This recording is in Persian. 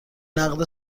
نقد